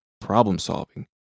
problem-solving